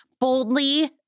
boldly